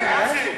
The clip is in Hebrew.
עסקים.